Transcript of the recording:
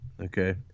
Okay